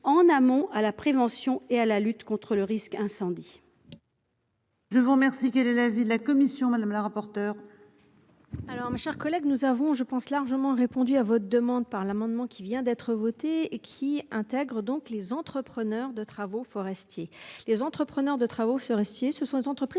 en amont à la prévention et à la lutte contre le risque incendie. Je vous remercie. Quel est l'avis de la commission, madame la rapporteure. Alors, mes chers collègues, nous avons je pense largement répondu à votre demande par l'amendement qui vient d'être voté et qui intègre donc les entrepreneurs de travaux forestiers, les entrepreneurs de travaux forestiers. Ce sont les entreprises